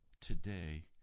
today